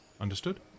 Understood